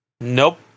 Nope